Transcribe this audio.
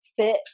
fit